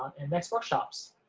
and next workshops.